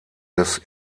des